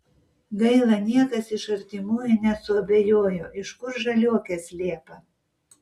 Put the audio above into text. gaila niekas iš artimųjų nesuabejojo iš kur žaliuokės liepą